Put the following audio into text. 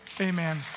Amen